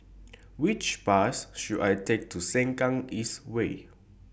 Which Bus should I Take to Sengkang East Way